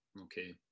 Okay